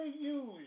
use